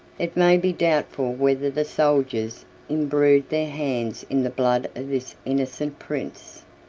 it may be doubtful whether the soldiers imbrued their hands in the blood of this innocent prince.